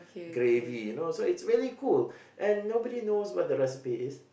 gravy you know so it's really cool and nobody knows what the recipe is